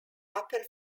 upper